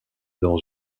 dans